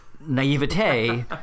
naivete